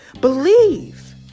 believe